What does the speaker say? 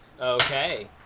Okay